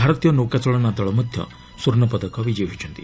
ଭାରତୀୟ ନୌକାଚାଳନା ଦଳ ମଧ୍ୟ ସ୍ୱର୍ଷପଦକ ବିଜୟୀ ହୋଇଛନ୍ତି